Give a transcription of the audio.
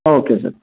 okay sir